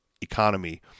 economy